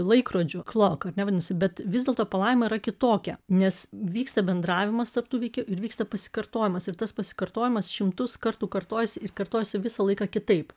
laikrodžiu klok ar ne vadinosi bet vis dėlto palaima yra kitokia nes vyksta bendravimas tarp tų įvykių ir vyksta pasikartojimas ir tas pasikartojimas šimtus kartų kartojasi ir kartojasi visą laiką kitaip